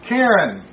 Karen